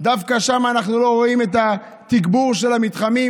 דווקא שם אנחנו לא רואים את התגבור של המתחמים,